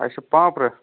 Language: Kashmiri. اَسہِ چھِ پانٛپرٕ